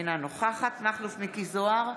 אינה נוכחת מכלוף מיקי זוהר,